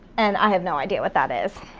and i have no idea what that is.